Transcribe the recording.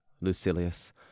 lucilius